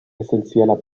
essenzieller